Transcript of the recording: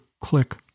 click